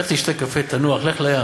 לך תשתה קפה, תנוח, לך לים.